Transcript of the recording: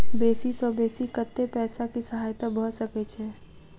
बेसी सऽ बेसी कतै पैसा केँ सहायता भऽ सकय छै?